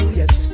yes